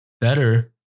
better